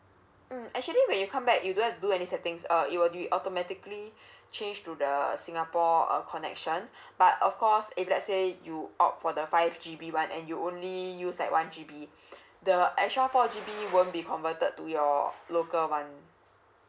mm actually when you come back you don't have to do any settings uh it will be automatically change to the singapore uh connection but of course if let say you opt for the five G_B one and you only use like one G_B the extra four G_B won't be converted to your local one